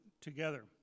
together